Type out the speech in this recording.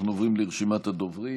אנחנו עוברים לרשימת הדוברים.